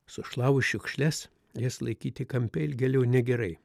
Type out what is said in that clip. sušlavus šiukšles jas laikyti kampe ilgėliau negerai